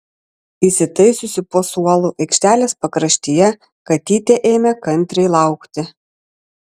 įsitaisiusi po suolu aikštelės pakraštyje katytė ėmė kantriai laukti